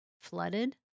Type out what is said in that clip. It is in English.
flooded